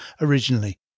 originally